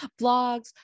vlogs